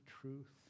truth